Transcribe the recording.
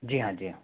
जी हाँ जी हाँ